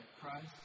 Christ